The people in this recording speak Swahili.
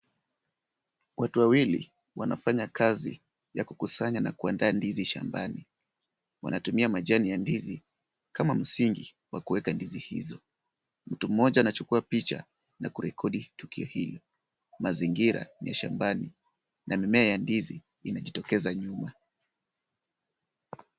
Watu wawili wanafanya kazi ya kukusanya na kuandaa ndizi shambani. Wanatumia majani ya ndizi kama msingi wa kueka ndizi hizo. Mtu mmoja anachukua picha na kurekondi tukio hilo. Mazingira ni ya shambani na mimea ya ndizi inajitokeza nyuma.